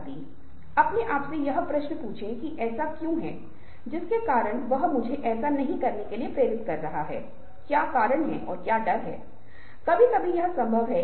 हमें अपनी मान्यताओं और उस सभी पर पकड़ बनाने की आवश्यकता है लेकिन हमारे व्यवहार के पैटर्न हमारी भाषाओं के लिए औपचारिक या अनौपचारिक होंगे जिस तरह से हम भाषा का उपयोग करते हैं वह अलग होगा हमारी बॉडी लैंग्वेज अलग होगी